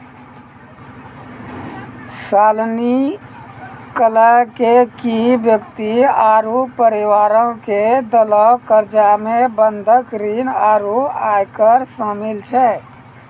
शालिनी कहलकै कि व्यक्ति आरु परिवारो के देलो कर्जा मे बंधक ऋण आरु आयकर शामिल छै